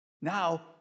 now